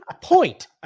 point